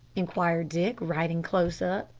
inquired dick, riding close up.